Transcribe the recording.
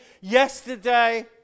yesterday